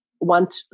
want